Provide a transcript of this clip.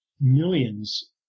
millions